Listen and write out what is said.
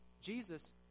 Jesus